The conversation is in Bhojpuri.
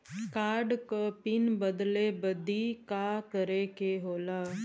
कार्ड क पिन बदले बदी का करे के होला?